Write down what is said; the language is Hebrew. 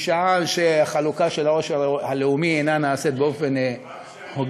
משעה שהחלוקה של העושר הלאומי אינה נעשית באופן הוגן.